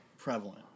prevalent